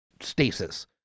stasis